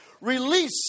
release